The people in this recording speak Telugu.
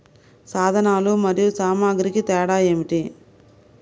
సాధనాలు మరియు సామాగ్రికి తేడా ఏమిటి?